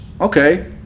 Okay